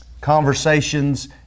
conversations